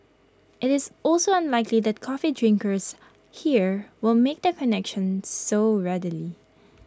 IT is also unlikely that coffee drinkers here will make the connection so readily